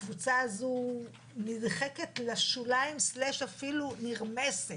הקבוצה הזו נדחקת לשוליים / אפילו נרמסת,